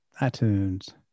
iTunes